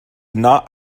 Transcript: not